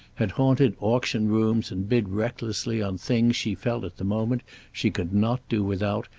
had haunted auction rooms and bid recklessly on things she felt at the moment she could not do without,